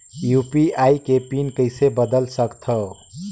UPI के PIN कइसे बदल सकथव?